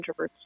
introverts